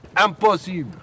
impossible